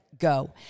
go